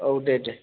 औ दे दे